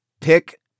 Pick